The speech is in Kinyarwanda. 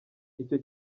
icyo